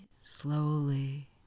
slowly